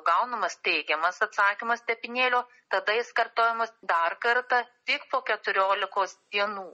gaunamas teigiamas atsakymas tepinėlio tada jis kartojamas dar kartą tik po keturiolikos dienų